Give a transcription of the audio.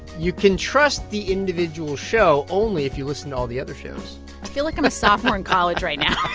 you can trust the individual show only if you listen all the other shows i feel like i'm a sophomore in college right now